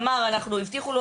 אמר שהבטיחו לו